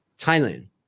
Thailand